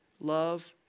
love